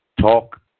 talk